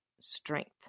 strength